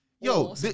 Yo